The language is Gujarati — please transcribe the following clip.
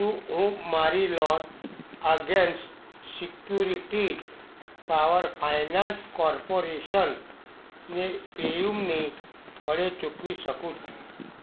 શું હું મારી loan against securities power finance કોર્પોરેશનને પેયુમની વડે ચૂકવી શકું